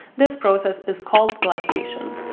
this process is called glycation.